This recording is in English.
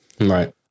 right